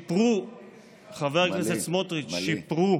חבר הכנסת סמוטריץ', שיפרו